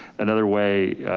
another way,